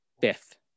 fifth